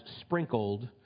sprinkled